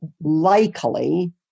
likely